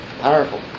Powerful